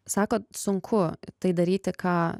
sakot sunku tai daryti ką